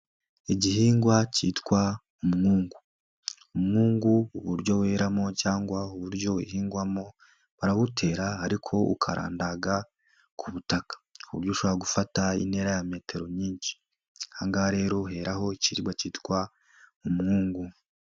Igihingwa cyitwa umwungu. Umwungu uburyo weramo cyangwa uburyo uhingwamo, barawutera ariko ukarandaga ku butaka, ku buryo ushobora gufata intera ya metero nyinshi. Aha ngaha rero heraho ikiribwa cyitwa umwungu.